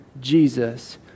Jesus